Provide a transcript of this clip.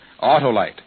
Autolite